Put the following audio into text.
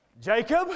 Jacob